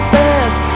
best